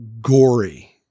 gory